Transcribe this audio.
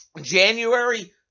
January